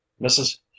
mrs